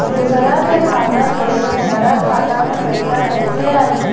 दूसरा के खाता से हमरा खाता में पैसा कैसे आई?